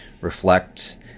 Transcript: reflect